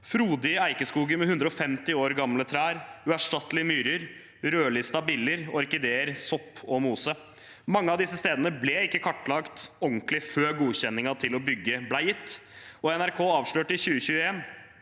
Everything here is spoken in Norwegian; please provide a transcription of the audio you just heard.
frodige eikeskoger med 150 år gamle trær, uerstattelige myrer, rødlistede biller og orkideer, sopp og mose. Mange av disse stedene ble ikke kartlagt ordentlig før godkjenningen til å bygge ble gitt. NRK avslørte i 2021